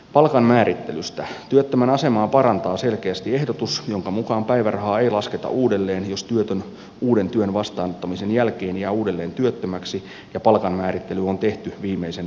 työttömän asemaa parantaa selkeästi ehdotus jonka mukaan päivärahaa ei lasketa uudelleen jos työtön uuden työn vastaanottamisen jälkeen jää uudelleen työttömäksi ja palkanmäärittely on tehty viimeisen vuoden aikana